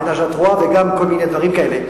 המלה Ménage à trios וגם כל מיני דברים כאלה.